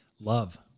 love